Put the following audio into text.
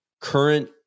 current